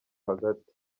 hagati